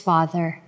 Father